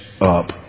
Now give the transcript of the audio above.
up